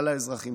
על האזרחים